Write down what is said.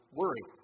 worry